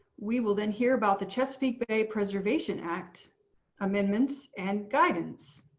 we will then hear about the chesapeake bay preservation act amendments and guidance.